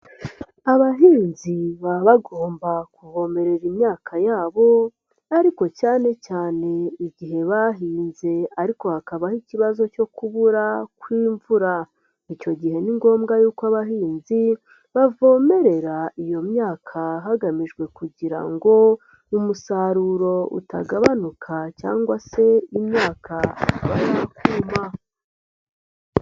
Abahinzi baba bagomba kuvomerera imyaka yabo ariko cyane cyane igihe bahinze ariko hakabaho ikibazo cyo kubura kw'imvura, icyo gihe ni ngombwa yuko abahinzi bavomerera iyo myaka hagamijwe kugira ngo umusaruro utagabanuka cyangwa se imyakama ikuma.